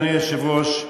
אדוני היושב-ראש,